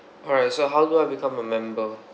alright so how do I become a member